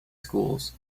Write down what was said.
schools